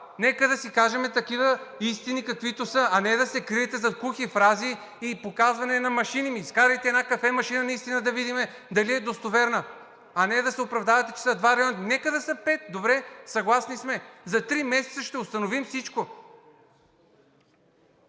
Нека да си кажем истините такива, каквито са, а не да се криете зад кухи фрази и показване на машини. Ами изкарайте наистина една кафе-машина да видим дали е достоверна, а не да се оправдавате, че са два района. Нека да са пет, добре, съгласни сме. За три месеца ще установим всичко.